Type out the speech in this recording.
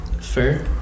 Fair